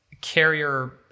carrier